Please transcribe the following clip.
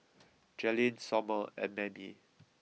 Jaelynn Sommer and Mammie